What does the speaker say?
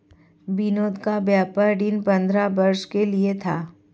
विनोद का व्यापार ऋण पंद्रह वर्ष के लिए था